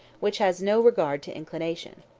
which has no regard to inclination.